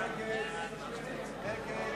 ההצעה